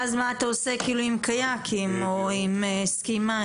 אבל אז מה אתה עושה עם קייקים או עם סקי מים,